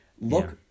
look